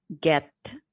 get